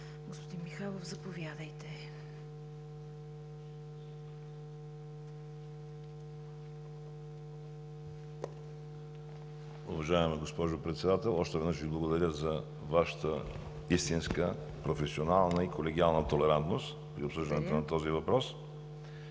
МИХАЙЛОВ (БСП за България): Уважаема госпожо Председател, още веднъж Ви благодаря за Вашата истинска професионална и колегиална толерантност при обсъждането на тези въпроси.